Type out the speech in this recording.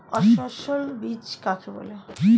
অসস্যল বীজ কাকে বলে?